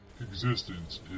Existence